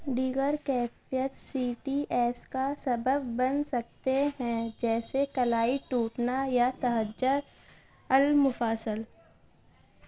دیگر کیفیت C T S کا سبب بن سکتے ہیں جیسے کلائی ٹوٹنا یا تحجہ المفاصل